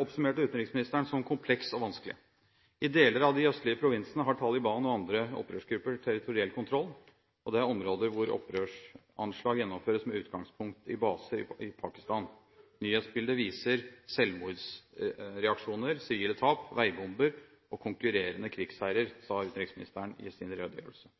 oppsummerte utenriksministeren som «kompleks og vanskelig. I deler av de østlige provinsene har Taliban og andre opprørsgrupper territoriell kontroll; det er områder hvor opprørsanslag gjennomføres med utgangspunkt i baser i Pakistan. Nyhetsbildet viser selvmordaksjoner, sivile tap, veibomber og konkurrerende krigsherrer», sa utenriksministeren i sin redegjørelse.